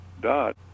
dot